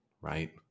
right